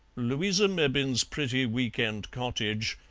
louisa mebbin's pretty week-end cottage,